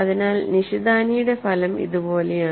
അതിനാൽ നിഷിതാനിയുടെ ഫലം ഇതുപോലെയാണ്